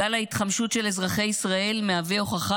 גל ההתחמשות של אזרחי ישראל מהווה הוכחה